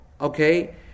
Okay